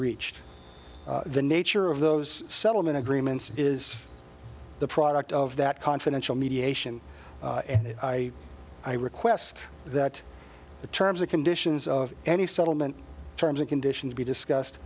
reached the nature of those settlement agreements is the product of that confidential mediation i i request that the terms and conditions of any settlement terms and conditions be discussed